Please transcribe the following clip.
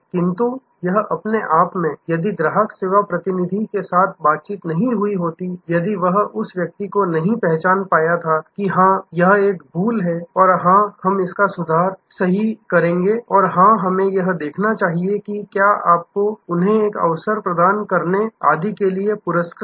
किंतु यह अपने आप मैं यदि ग्राहक सेवा प्रतिनिधि के साथ कोई बातचीत नहीं हुई होती यदि वह व्यक्ति उसे नहीं पहचान पाया था कि हां यह एक भूल है और हां हम इसका सही सुधार करेंगे और हां हमें यह देखना चाहिए कि क्या आपको उन्हें एक अवसर प्रदान करने आदि के लिए पुरस्कृत किया गया है